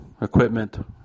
equipment